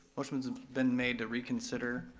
motion has been made to reconsider.